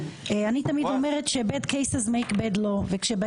אני תמיד אומרת ש- bad cases make bad lawוכשבאים